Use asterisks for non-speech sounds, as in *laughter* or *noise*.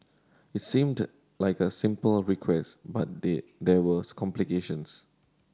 it seemed like a simple request but *unintelligible* there was complications